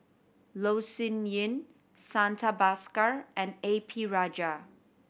Loh Sin Yun Santha Bhaskar and A P Rajah